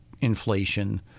inflation